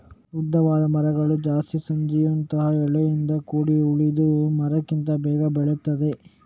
ಮೃದುವಾದ ಮರಗಳು ಜಾಸ್ತಿ ಸೂಜಿಯಂತಹ ಎಲೆಯಿಂದ ಕೂಡಿ ಉಳಿದ ಮರಕ್ಕಿಂತ ಬೇಗ ಬೆಳೀತದೆ